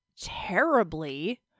terribly